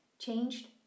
changed